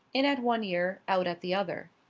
in at one ear, out at the other.